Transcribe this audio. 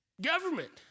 Government